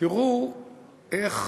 תראו איך